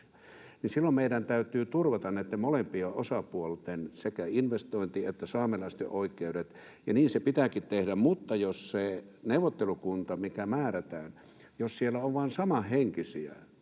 silloin meidän täytyy turvata näitten molempien osapuolten oikeudet, sekä investointi että saamelaisten oikeudet, ja niin se pitääkin tehdä, mutta jos siellä neuvottelukunnassa, mikä määrätään, on vain samanhenkisiä